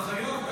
המשילות, בטח.